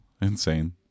insane